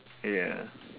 ya